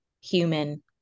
human